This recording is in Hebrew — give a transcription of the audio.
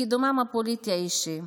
בקידומם הפוליטי האישי,